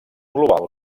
global